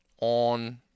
on